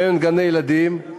הן גני-ילדים,